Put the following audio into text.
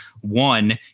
one